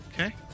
Okay